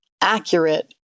accurate